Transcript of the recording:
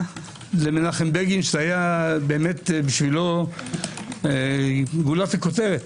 זה מנחם בגין שהיה בשבילו זה גולת הכותרת.